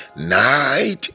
night